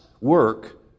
work